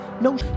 No